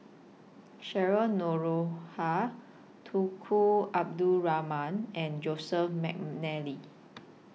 Cheryl Noronha Tunku Abdul Rahman and Joseph Mcnally